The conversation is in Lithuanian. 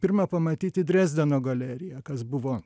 pirma pamatyti drezdeno galeriją kas buvo